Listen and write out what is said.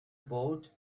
boat